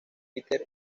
peter